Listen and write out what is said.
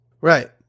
Right